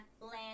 Land